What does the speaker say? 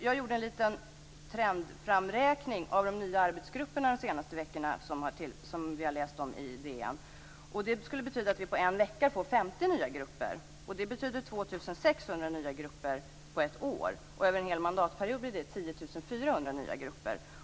Jag gjorde en liten trendframräkning av de nya arbetsgrupper som vi har läst om i DN. Det skulle betyda att vi på en vecka får 50 nya grupper, och det betyder 2 600 nya grupper under ett år, och under en hel mandatperiod blir det 10 400 nya grupper.